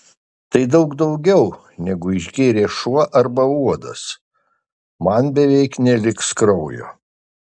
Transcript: tai daug daugiau negu išgėrė šuo arba uodas man beveik neliks kraujo